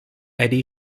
eddie